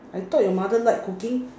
I thought your mother like cooking